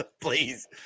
Please